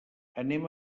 anem